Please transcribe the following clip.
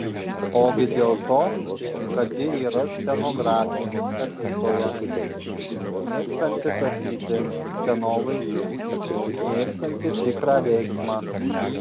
ogi dėl to kad ji yra scenografė tapytoja mėgstanti tapyti scenovaizdį mėgstanti tikrą veiksmą